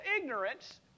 ignorance